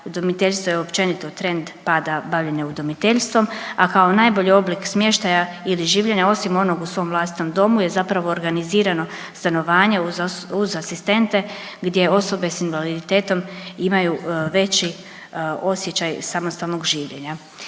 udomiteljstvo je općenito trend pada bavljenja udomiteljstvom, a kao najbolji oblik smještaja ili življenja, osim onog u svom vlastitom domu je zapravo organizirano stanovanje uz asistente gdje osobe s invaliditetom imaju veći osjećaj samostalnog življenja.